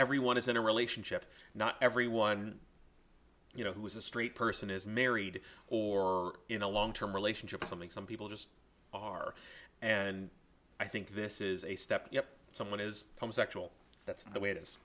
everyone is in a relationship not everyone you know who is a straight person is married or in a long term relationship something some people just are and i think this is a step you know someone is homosexual that's the way it is